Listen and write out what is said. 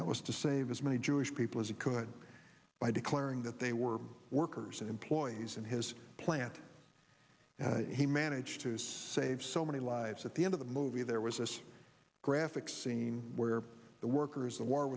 that was to save his the jewish people as he could by declaring that they were workers and employees in his plant he managed to save so many lives at the end of the movie there was this graphic scene where the workers the war